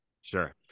Sure